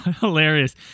hilarious